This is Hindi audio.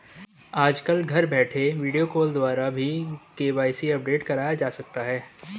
आजकल घर बैठे वीडियो कॉल द्वारा भी के.वाई.सी अपडेट करवाया जा सकता है